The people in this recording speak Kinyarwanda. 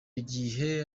gihe